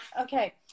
Okay